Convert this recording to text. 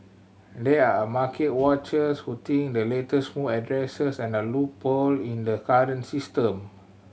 there are market watchers who think the latest move addresses and a loophole in the current system